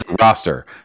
roster